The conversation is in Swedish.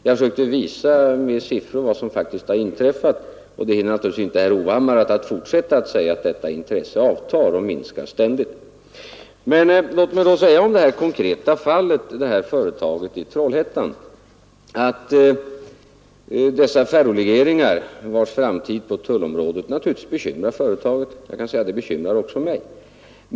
Jag försökte visa med siffror vad som faktiskt har inträffat, men det hindrar naturligtvis inte herr Hovhammar att fortsätta att påstå att detta intresse ständigt minskar. Låt mig säga om det här konkreta fallet — företaget i Trollhättan, som naturligtvis är bekymrat över dessa ferrolegeringars framtid på tullområdet — att frågan också bekymrar mig.